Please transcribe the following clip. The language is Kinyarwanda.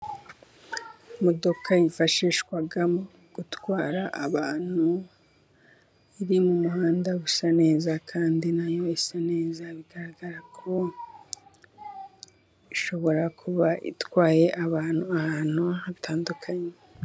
Imodoka yifashishwa mu gutwara abantu iri mu muhanda usa neza. Kandi nayo isa neza bigaragara ko ishobora kuba itwaye abantu ahantu hatandukanye.